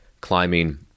Climbing